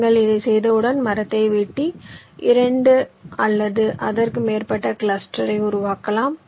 நீங்கள் இதைச் செய்தவுடன் மரத்தை வெட்டி 2 அல்லது அதற்கு மேற்பட்ட கிளஸ்டர் உருவாக்கலாம்